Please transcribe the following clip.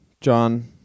John